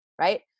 right